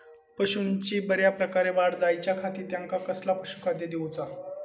पशूंची बऱ्या प्रकारे वाढ जायच्या खाती त्यांका कसला पशुखाद्य दिऊचा?